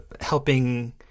helping